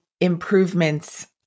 improvements